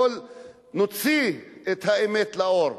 נוציא את האמת לאור.